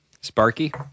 Sparky